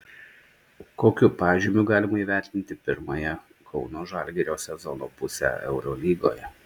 kokiu pažymiu galima įvertinti pirmąją kauno žalgirio sezono pusę eurolygoje